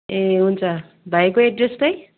ए हुन्छ भाइको एड्रेस चाहिँ